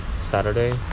Saturday